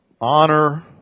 honor